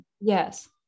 Yes